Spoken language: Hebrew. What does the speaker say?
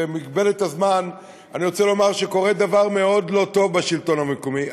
ובמגבלת הזמן אני רוצה לומר שקורה דבר מאוד לא טוב בשלטון המקומי.